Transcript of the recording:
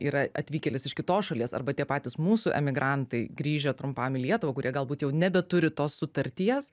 yra atvykėlis iš kitos šalies arba tie patys mūsų emigrantai grįžę trumpam į lietuvą kurie galbūt jau nebeturi tos sutarties